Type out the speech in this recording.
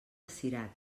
cirat